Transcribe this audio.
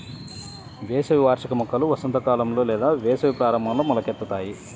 వేసవి వార్షిక మొక్కలు వసంతకాలంలో లేదా వేసవి ప్రారంభంలో మొలకెత్తుతాయి